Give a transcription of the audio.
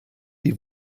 die